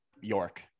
York